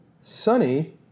sunny